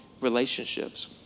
relationships